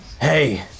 hey